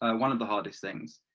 ah one of the hardest things,